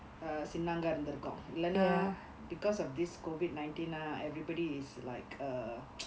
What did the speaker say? இருந்துருக்கும் இல்லனா:irunthurukkum illaanaa because of this COVID nineteen ah everybody is like err